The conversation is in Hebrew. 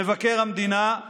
מבקר המדינה,